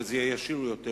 כדי שזה יהיה ישיר יותר,